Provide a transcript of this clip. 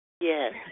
Yes